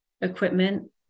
equipment